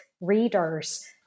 readers